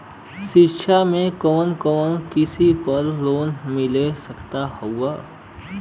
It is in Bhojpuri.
शिक्षा मे कवन कवन कोर्स पर लोन मिल सकत हउवे?